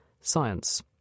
Science